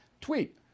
Tweet